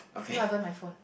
not even my phone